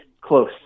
close